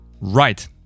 right